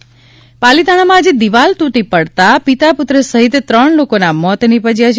ત્રણના મોત પાલીતાણામાં આજે દિવાલ તૂટી પડતાં પિતા પુત્ર સહિત ત્રણ લોકોના મોત નિપજ્યા છે